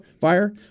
fire